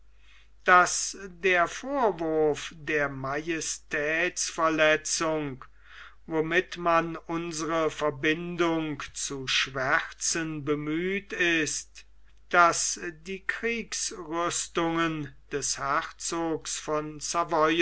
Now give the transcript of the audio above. daß der vorwurf der majestätsverletzung womit man unsre verbindung zu schwärzen bemüht ist daß die kriegsrüstungen des herzogs von